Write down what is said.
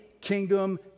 kingdom